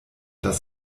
dass